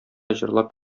җырлап